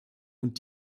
und